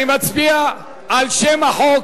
אני מצביע על שם החוק.